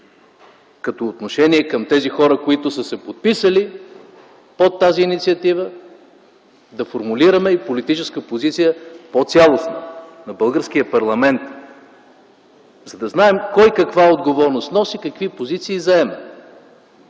като отношение към тези хора, които са се подписали под тази инициатива, да формулираме и по-цялостна политическа позиция на българския парламент, за да знаем кой каква отговорност носи, какви позиции заема.